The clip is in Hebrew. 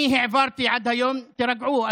אני העברתי עד היום, תירגעו.